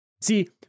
See